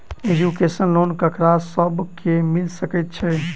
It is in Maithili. एजुकेशन लोन ककरा सब केँ मिल सकैत छै?